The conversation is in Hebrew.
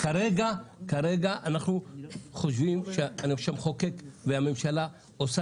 כרגע אנחנו חושבים שהמחוקק והממשלה עושים